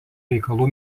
reikalų